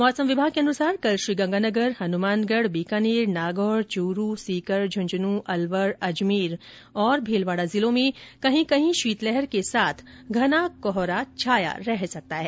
मौसम विभाग के अनुसार कल श्रीगंगानगर हनुमानगढ बीकानेर नागौर चूरू सीकर झंझंनूं अलवर अजमेर तथा भीलवाडा जिलों में कहीं कहीं शीतलहर के साथ घना कोहरा छाने की संभावना है